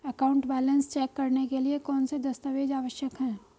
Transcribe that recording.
Account balance check करने के लिए कौनसे दस्तावेज़ आवश्यक हैं?